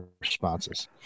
responses